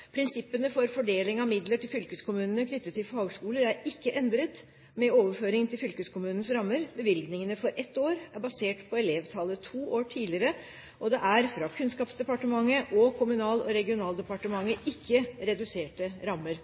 Prinsippene for fordeling av midler til fylkeskommunene knyttet til fagskoler, er ikke endret med overføringen til fylkeskommunenes rammer. Bevilgningene for ett år er basert på elevtallet to år tidligere, og det er fra Kunnskapsdepartementet og Kommunal- og regionaldepartementet ikke reduserte rammer